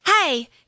Hey